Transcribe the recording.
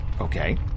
Okay